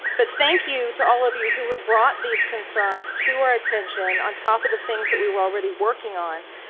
but thank you to all of you who have brought these concerns to our attention on top of the things that we were already working on.